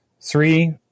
Three